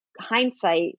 hindsight